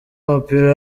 w’umupira